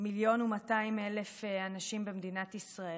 1.2 מיליון אנשים במדינת ישראל,